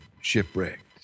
shipwrecked